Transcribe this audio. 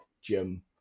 jim